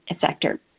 sector